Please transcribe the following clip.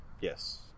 Yes